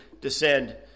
descend